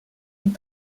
une